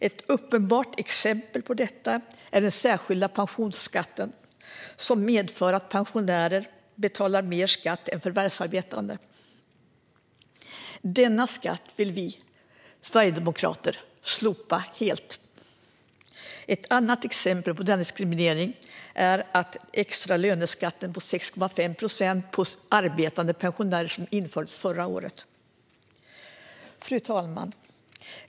Ett uppenbart exempel på detta är den särskilda pensionsskatten, som medför att pensionärer betalar mer skatt än förvärvsarbetande. Denna skatt vill vi sverigedemokrater slopa helt. Ett annat exempel på denna diskriminering är den extra löneskatt på 6,5 procent för arbetande pensionärer som infördes förra året. Fru talman!